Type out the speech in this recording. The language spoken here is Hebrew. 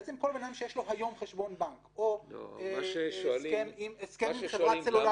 בעצם כל בן אדם שיש לו היום חשבון בנק או הסכם עם חברת סלולר